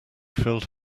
filled